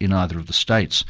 in either of the states.